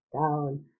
down